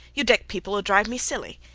you deck peoplell drive me silly.